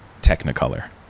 technicolor